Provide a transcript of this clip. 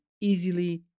easily